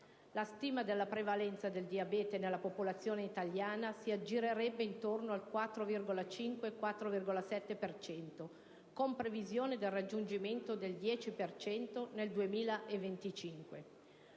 La stima della prevalenza del diabete nella popolazione italiana si aggirerebbe attorno al 4,5-4,7 per cento, con previsione del raggiungimento del 10 per cento